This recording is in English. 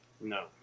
No